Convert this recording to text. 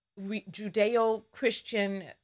Judeo-Christian